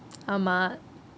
ஆமா:aama